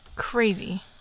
crazy